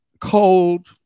cold